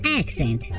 accent